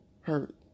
hurt